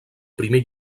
primer